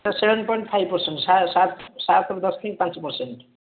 ତାର seven point five percent ସାତ ସାତ ଦଶମିକ ପାଞ୍ଚ ପରସେଣ୍ଟ